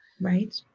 right